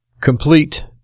complete